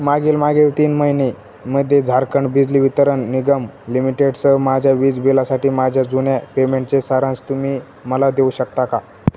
मागील मागील तीन महिनेमध्ये झारखंड बिजली वितरण निगम लिमिटेडसह माझ्या वीज बिलासाठी माझ्या जुन्या पेमेंटचे सारांश तुम्ही मला देऊ शकता का